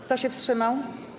Kto się wstrzymał?